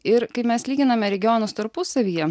ir kai mes lyginame regionus tarpusavyje